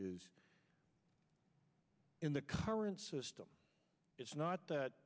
is in the current system it's not that